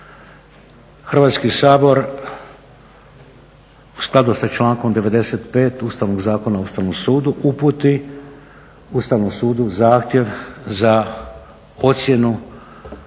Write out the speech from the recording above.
Hrvatski sabor u skladu sa člankom 95. Ustavnog zakona Ustavnom sudu uputi zahtjev za ocjenu